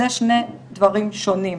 אלה שני דברים שונים,